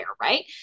right